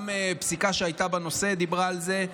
גם פסיקה שהייתה בנושא דיברה על זה,